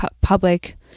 public